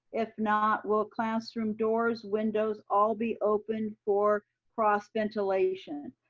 if not, will classroom doors, windows all be open for cross ventilation?